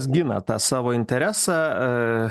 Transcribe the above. gina tą savo interesą